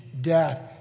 death